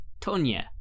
Tonya